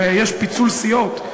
הרי יש פיצול סיעות.